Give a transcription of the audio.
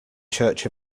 church